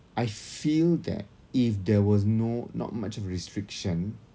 I feel that if there was no not much of restriction